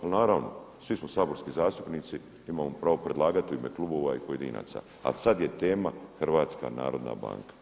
I naravno, svi smo saborski zastupnici, imamo pravo predlagati u ime klubova i pojedinaca ali sada je tema HNB.